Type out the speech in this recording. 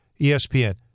ESPN